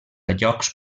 llocs